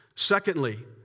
Secondly